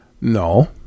No